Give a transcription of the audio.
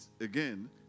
again